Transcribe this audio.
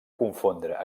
confondre